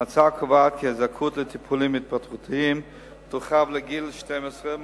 ההצעה קובעת כי הזכאות לטיפולים התפתחותיים תורחב לגיל 12,